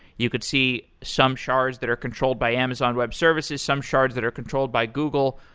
you could see some shards that are controlled by amazon web services, some shards that are controlled by google,